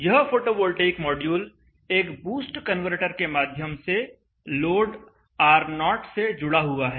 यह photovoltaic module एक boost converter के माध्यम से लोड R0 से जुड़ा हुआ है